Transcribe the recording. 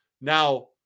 Now